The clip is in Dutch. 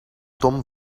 tom